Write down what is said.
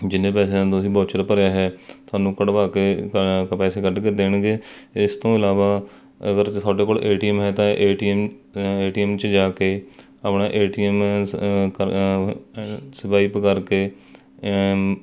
ਜਿੰਨੇ ਪੈਸਿਆਂ ਦਾ ਤੁਸੀਂ ਬਾਊਚਰ ਭਰਿਆ ਹੈ ਤੁਹਾਨੂੰ ਕਢਵਾ ਕੇ ਪੈਸੇ ਕੱਢ ਕੇ ਦੇਣਗੇ ਇਸ ਤੋਂ ਇਲਾਵਾ ਅਗਰ ਤੁਹਾਡੇ ਕੋਲ ਏ ਟੀ ਐੱਮ ਹੈ ਤਾਂ A T M A T M 'ਚ ਜਾ ਕੇ ਆਪਣਾ ਏ ਟੀ ਐੱਮ ਕ ਸਵਾਇਪ ਕਰਕੇ